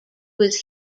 was